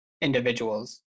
individuals